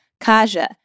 Kaja